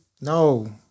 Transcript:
No